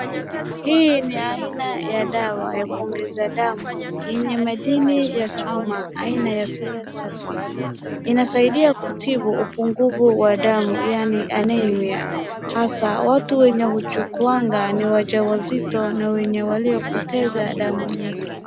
Hii ni aina ya dawa ya kuongeza damu yenye madini ya chuma aina ya Ferrous Sulfate. Inasaidia kutibu upungufu wa damu yaani anemia, hasa watu wenye huchukuanga ni wajawazito na wenye waliopoteza damu nyingi.